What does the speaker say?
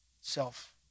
Self